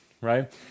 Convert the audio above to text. right